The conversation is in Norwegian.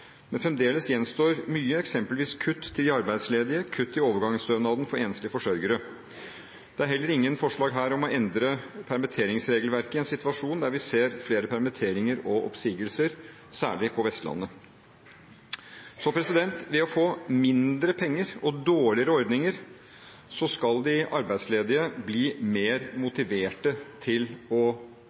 men fremdeles gjenstår mye, eksempelvis kutt til de arbeidsledige og kutt i overgangsstønaden for enslige forsørgere. Her er heller ingen forslag om å endre permitteringsregelverket i en situasjon der vi ser flere permitteringer og oppsigelser, særlig på Vestlandet. Ved å få mindre penger og dårligere ordninger skal de arbeidsledige bli mer motivert til å